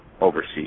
overseas